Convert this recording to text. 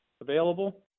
available